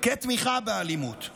כתמיכה באלימות.